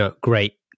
great